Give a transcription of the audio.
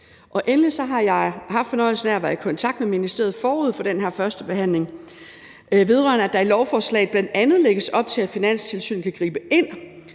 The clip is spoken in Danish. Endelig har jeg haft fornøjelsen af at have været i kontakt med ministeriet forud for den her førstebehandling vedrørende, at der i lovforslaget bl.a. lægges op til, at Finanstilsynet kan gribe ind,